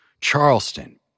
Charleston